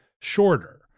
shorter